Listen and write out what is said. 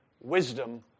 wisdom